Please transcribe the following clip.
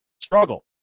struggle